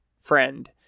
friend